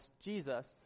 Jesus